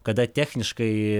kada techniškai